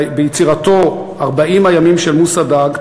ביצירתו "ארבעים הימים של מוסה דאג",